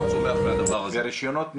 רישיונות נהיגה,